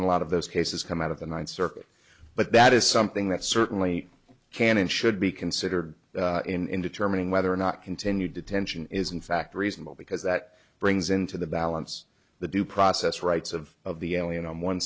been a lot of those cases come out of the ninth circuit but that is something that certainly can and should be considered in determining whether or not continued detention is in fact reasonable because that brings into the balance the due process rights of of the alien on one